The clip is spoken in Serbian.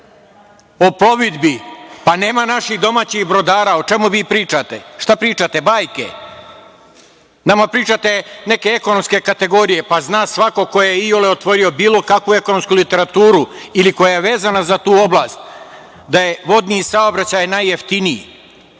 o plovidbi, a nema naših domaćih brodara. O čemu vi pričate? Šta pričate? Bajke? Nama pričate neke ekonomske kategorije. Zna svako ko je iole otvorio bilo kakvu ekonomsku literaturu ili koja je vezana za tu oblast da je vodni saobraćaj je najjeftiniji,